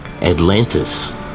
Atlantis